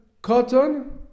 Cotton